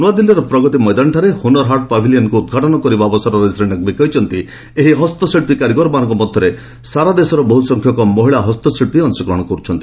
ନୁଆଦିଲ୍ଲୀର ପ୍ରଗତି ମଇଦାନରେ ହୁନରହାଟ୍ ପାଭ୍ଲିୟନ୍କୁ ଉଦ୍ଘାଟନ କରି ଶ୍ରୀ ନକ୍ବି କହିଛନ୍ତି ଏହି ହସ୍ତଶିଳ୍ପୀ କାରିଗରମାନଙ୍କ ମଧ୍ୟରେ ସାରା ଦେଶର ବହୁ ସଂଖ୍ୟକ ମହିଳା ହସ୍ତଶିଳ୍ପୀ ଅଂଶଗ୍ରହଣ କରୁଛନ୍ତି